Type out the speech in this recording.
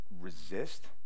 resist